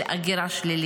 של הגירה שלילית.